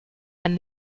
and